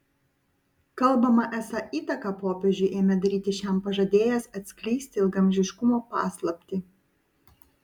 kalbama esą įtaką popiežiui ėmė daryti šiam pažadėjęs atskleisti ilgaamžiškumo paslaptį